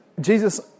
Jesus